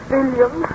William